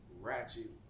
ratchet